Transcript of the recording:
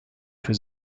für